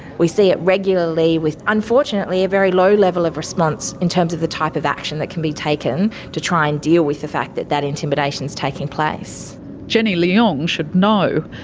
we see it regularly with unfortunately a very low level of response in terms of the type of action that can be taken to try and deal with the fact that that intimidation is taking place jenny leong should know.